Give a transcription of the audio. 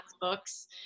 books